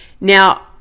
Now